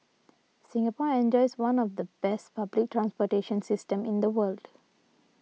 Singapore enjoys one of the best public transportation systems in the world